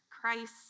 Christ